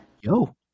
yo